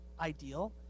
ideal